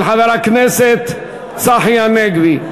של חבר הכנסת צחי הנגבי.